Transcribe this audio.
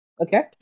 Okay